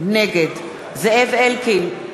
נגד זאב אלקין,